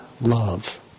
love